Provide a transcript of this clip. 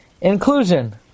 inclusion